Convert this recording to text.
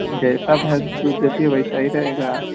जैसा भैंस दूध देती है वैसा ही रहेगा